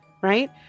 Right